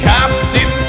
Captain